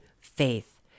faith